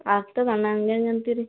ಆಗ್ತದೆ ಅಣ್ಣ ಹಂಗೆಂಗ್ ಅಂತೀರಿ